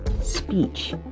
speech